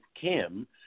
Kim